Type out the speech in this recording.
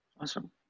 Awesome